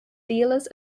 dealers